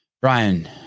Brian